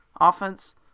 offense